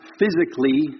physically